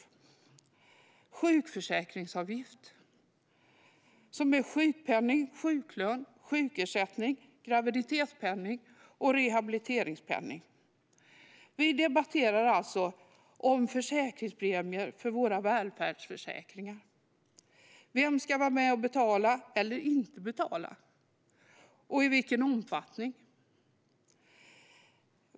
Det är sjukförsäkringsavgift, som är sjukpenning, sjuklön, sjukersättning, graviditetspenning och rehabiliteringspenning. Vi debatterar alltså försäkringspremier för våra välfärdsförsäkringar. Vem ska vara med och betala eller inte, och i vilken omfattning?